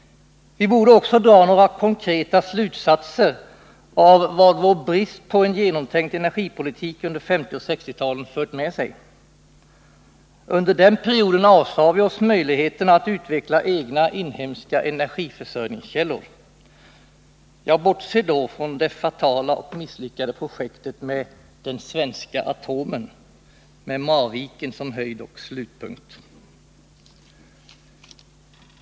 Vi borde också dra några konkreta slutsatser av vad bristen på genomtänkt energipolitik under 1950 och 1960-talen fört med sig. Under den perioden avsade vi oss möjligheten att utveckla egna inhemska energiförsörjningskällor. Jag bortser då från det fatala och misslyckade projektet med ”den svenska atomen” med Marviken som höjdoch slutpunkt.